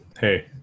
Hey